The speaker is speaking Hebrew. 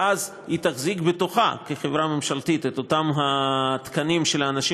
ואז היא תחזיק בתוכה כחברה ממשלתית את אותם התקנים של האנשים